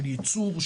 של יצור,